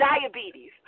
diabetes